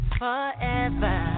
forever